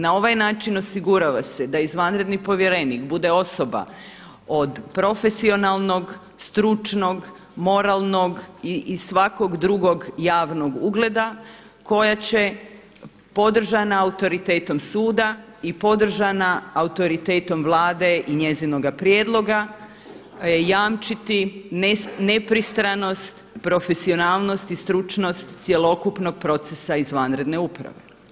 Na ovaj način osigurava se da izvanredni povjerenik bude osoba od profesionalnog, stručnog, moralnog i svakog drugog javnog ugleda koja će podržana autoritetom suda i podržana autoritetom Vlade i njezinoga prijedloga jamčiti nepristranost, profesionalnost i stručnost cjelokupnog procesa izvanredne uprave.